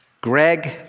Greg